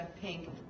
Pink